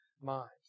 mind